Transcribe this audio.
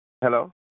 Hello